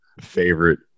favorite